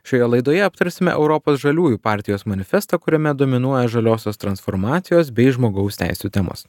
šioje laidoje aptarsime europos žaliųjų partijos manifestą kuriame dominuoja žaliosios transformacijos bei žmogaus teisių temos